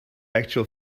actual